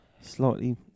slightly